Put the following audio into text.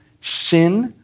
Sin